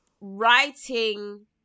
writing